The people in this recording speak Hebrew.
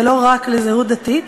ולא רק לזהות דתית,